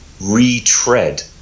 retread